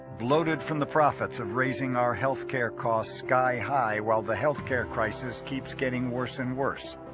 loaded from the profits of raising our health care costs sky high while the health care crisis keeps getting worse and worse